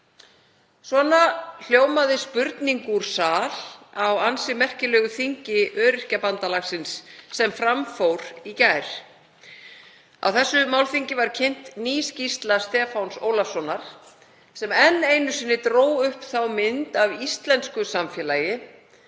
Svona hljómaði spurning úr sal á ansi merkilegu þingi Öryrkjabandalagsins sem fram fór í gær. Á þessu málþingi var kynnt ný skýrsla Stefáns Ólafssonar sem dró enn einu sinni upp þá mynd af íslensku samfélagi